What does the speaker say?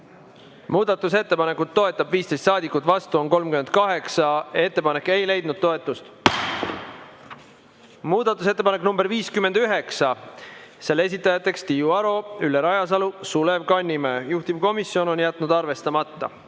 Muudatusettepanekut toetab 15 saadikut, vastuolijaid on 38. Ettepanek ei leidnud toetust. Muudatusettepanek nr 59, selle esitajad on Tiiu Aro, Ülle Rajasalu ja Sulev Kannimäe. Juhtivkomisjon on jätnud selle arvestamata.